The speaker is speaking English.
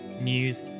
news